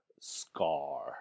Scar